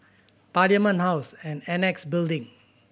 Parliament House and Annexe Building